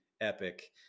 epic